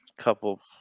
couple